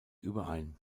überein